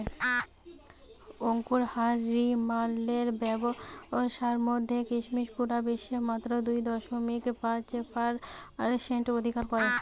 আঙুরহারি মালের ব্যাবসার মধ্যে কিসমিস পুরা বিশ্বে মাত্র দুই দশমিক পাঁচ পারসেন্ট অধিকার করে